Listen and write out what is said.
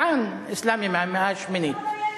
מדען אסלאמי מהמאה השמינית.